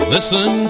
Listen